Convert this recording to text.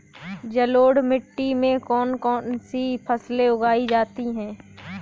जलोढ़ मिट्टी में कौन कौन सी फसलें उगाई जाती हैं?